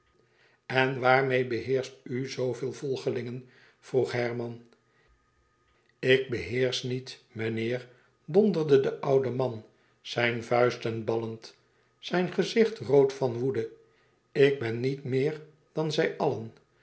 en waarmeê regeert u zoo veel volgelingen vroeg herman ik regeer niet meneer donderde de oude man zijn vuisten ballend zijn gezicht rood van woede ik ben niets meer dan zij allen